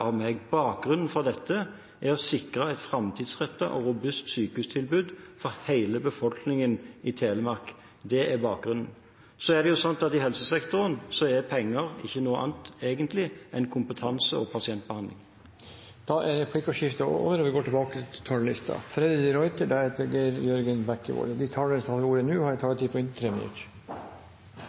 av meg. Bakgrunnen for dette er å sikre et framtidsrettet og robust sykehustilbud for hele befolkningen i Telemark. I helsesektoren er penger ikke egentlig noe annet enn kompetanse og pasientbehandling. Replikkordskiftet er omme. De talere som heretter får ordet, har en taletid på inntil